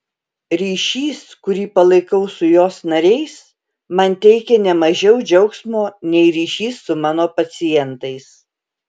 ryšys kurį palaikau su jos nariais man teikia ne mažiau džiaugsmo nei ryšys su mano pacientais